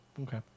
Okay